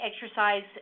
exercise